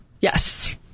yes